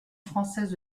française